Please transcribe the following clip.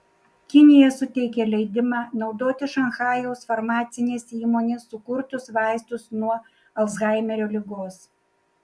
kinija suteikė leidimą naudoti šanchajaus farmacinės įmonės sukurtus vaistus nuo alzhaimerio ligos